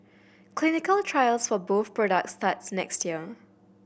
clinical trials for both products starts next year